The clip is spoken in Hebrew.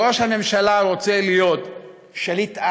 ראש הממשלה רוצה להיות שליט-על,